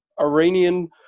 Iranian